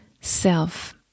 self